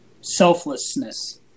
selflessness